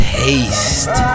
taste